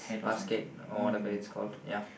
basket or whatever it's called ya